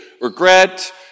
regret